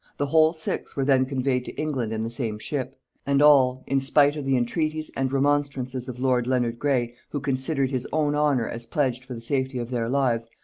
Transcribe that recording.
the whole six were then conveyed to england in the same ship and all, in spite of the entreaties and remonstrances of lord leonard grey, who considered his own honor as pledged for the safety of their lives,